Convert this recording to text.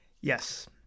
Yes